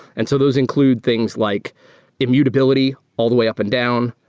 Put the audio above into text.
and so those include things like immutability all the way up and down,